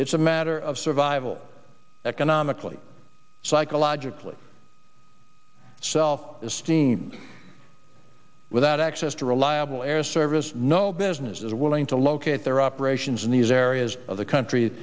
it's a matter of survival economically psychologically self esteem without access to reliable air service no business is willing to locate their operations in these areas of the country